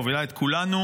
מובילה את כולנו,